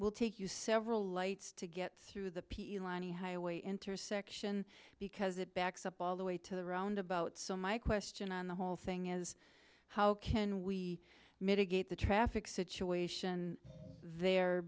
will take you several lights to get through the highway intersection because it backs up all the way to the roundabout so my question on the whole thing is how can we mitigate the traffic situation there